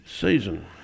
season